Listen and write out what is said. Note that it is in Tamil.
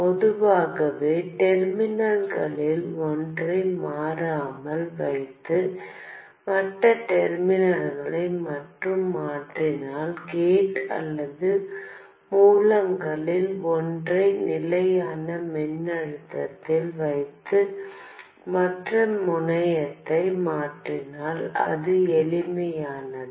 பொதுவாக டெர்மினல்களில் ஒன்றை மாறாமல் வைத்து மற்ற டெர்மினலை மட்டும் மாற்றினால் கேட் அல்லது மூலங்களில் ஒன்றை நிலையான மின்னழுத்தத்தில் வைத்து மற்ற முனையத்தை மாற்றினால் அது எளிமையானது